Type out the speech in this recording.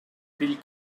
fill